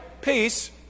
peace